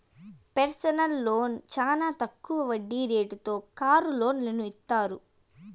personal loan చానా తక్కువ వడ్డీ రేటుతో కారు లోన్లను ఇత్తారు